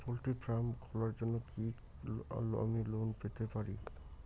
Poultry farm খোলার জন্য কি আমি লোন পেতে পারি?